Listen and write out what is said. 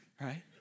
right